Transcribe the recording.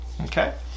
Okay